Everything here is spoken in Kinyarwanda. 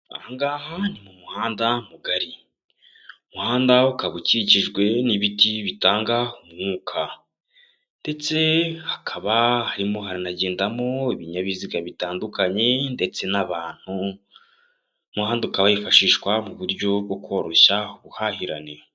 Aha ngaha ni mu muhanda mugari, umuhanda ukaba ukikijwe n'ibiti bitanga umwuka ndetse hakaba harimo haranagendamo ibinyabiziga bitandukanye ndetse n'abantu. Umuhanda ukaba wifashishwa mu buryo bwo koroshya ubuhahirane.